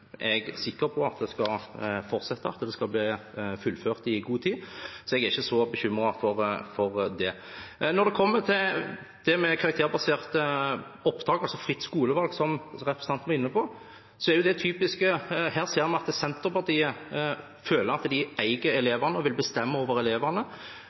er jeg sikker på at skal fortsette, og at det skal bli fullført i god tid, så jeg er ikke så bekymret for det. Når det kommer til det med karakterbasert opptak, altså fritt skolevalg, som representanten var inne på, er det typisk å se hvordan Senterpartiet føler at de eier